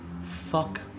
Fuck